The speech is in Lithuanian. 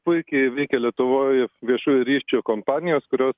puikiai veikia lietuvoj viešųjų ryšių kompanijos kurios